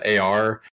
ar